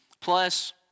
plus